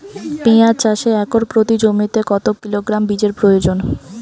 পেঁয়াজ চাষে একর প্রতি জমিতে কত কিলোগ্রাম বীজের প্রয়োজন?